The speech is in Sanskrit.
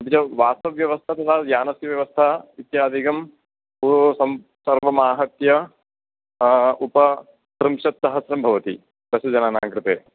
अपि च वासव्यवस्था तथा यानस्य व्यवस्था इत्यादिकं सं सर्वमाहत्य उपत्रिंशत्सहस्रं भवति दशजनानां कृते